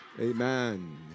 Amen